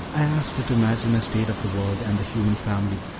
i asked her to imagine a state of the world and the human family,